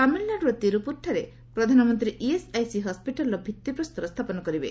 ତାମିଲନାଡୁର ତିରୁପୁରଠାରେ ପ୍ରଧାନମନ୍ତ୍ରୀ ଇଏସଆଇସି ହସ୍ପିଟାଲର ଭିଭିପ୍ରସ୍ତର ସ୍ଥାପନ କରିବେ